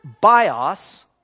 bios